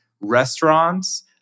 restaurants